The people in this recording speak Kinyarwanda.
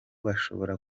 bashobora